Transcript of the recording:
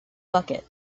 bucket